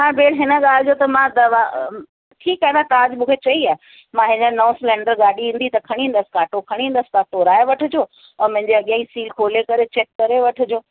हा भेण हिन ॻाल्हि जो त मां दवा ठीकु आहे न तव्हां अॼु मूंखे चई आहे मां हींअर नओं सिलेंडर गाॾी ईंदी त खणी ईंदसि कांटो खणी ईंदसि तव्हां तोड़ाए वठिजो ऐं मुंहिंजे अॻियां ई सील खोले करे चैक करे वठिजो